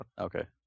Okay